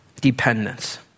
Dependence